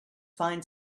find